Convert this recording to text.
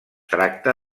tracta